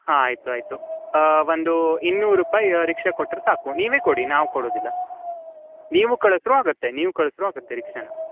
ಹಾಂ ಆಯಿತು ಆಯಿತು ಒಂದು ಇನ್ನೂರು ರುಪಾಯಿ ರಿಕ್ಷಾಕ್ಕೆ ಕೊಟ್ರೆ ಸಾಕು ನೀವೇ ಕೊಡಿ ನಾವು ಕೊಡೋದಿಲ್ಲ ನೀವು ಕಳ್ಸಿದ್ರು ಆಗುತ್ತೆ ನೀವು ಕಳ್ಸಿದ್ರು ಆಗುತ್ತೆ ರಿಕ್ಷಾನ